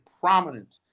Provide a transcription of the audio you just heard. prominent